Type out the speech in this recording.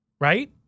Right